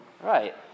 right